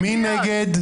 מי נגד?